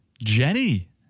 Jenny